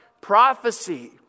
prophecy